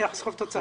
יחס חוב תוצר.